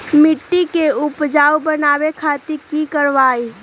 मिट्टी के उपजाऊ बनावे खातिर की करवाई?